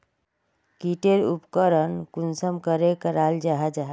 की टेर उपकरण कुंसम करे कराल जाहा जाहा?